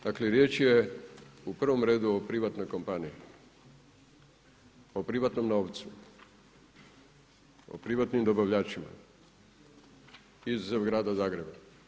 Dakle, riječ je u prvom redu o privatnoj kompaniji, o privatnom novcu, privatnim dobavljačima, izuzev grada Zagreba.